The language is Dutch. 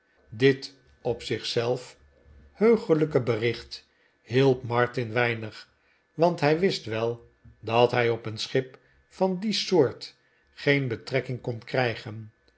dit op zich zelf heuglijke bericht hielp martin weinig want hij wist wel dat hij op een schip van die soort geen betrekking kon krijgen